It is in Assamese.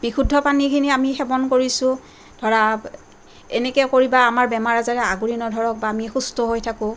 বিশুদ্ধ পানীখিনি আমি সেৱন কৰিছোঁ ধৰা এনেকে কৰিবা আমাৰ বেমাৰ আজাৰে আগুৰি নধৰক বা আমি সুস্থ হৈ থাকোঁ